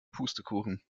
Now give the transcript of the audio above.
pustekuchen